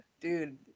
Dude